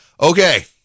Okay